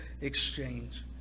exchange